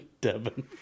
devin